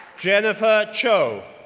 jennifer cho,